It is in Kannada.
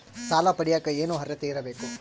ಸಾಲ ಪಡಿಯಕ ಏನು ಅರ್ಹತೆ ಇರಬೇಕು?